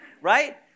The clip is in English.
Right